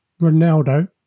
Ronaldo